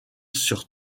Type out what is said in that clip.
sur